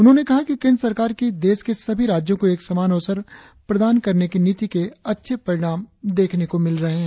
उन्होंने कहा कि केंद्र सरकार की देश के सभी राज्यों को एक समान अवसर प्रदान करने की नीति के अच्छे परिणाम मिल रहे है